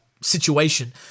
situation